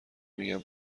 میگن